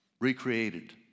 recreated